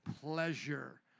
pleasure